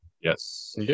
Yes